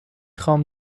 خوام